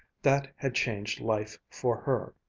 that had changed life for her.